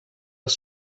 was